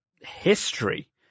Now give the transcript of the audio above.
history